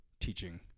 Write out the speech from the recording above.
teaching